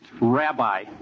rabbi